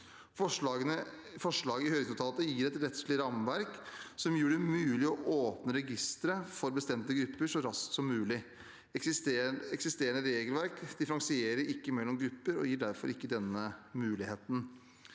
Forslaget i høringsnotatet gir et rettslig rammeverk som gjør det mulig å åpne registeret for bestemte grupper så raskt som mulig. Eksisterende regelverk differensierer ikke mellom grupper og gir derfor ikke denne muligheten.